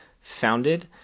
founded